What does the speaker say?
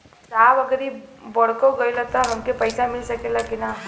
साहब अगर इ बोडखो गईलतऽ हमके पैसा मिल सकेला की ना?